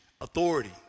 authority